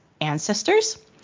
ancestors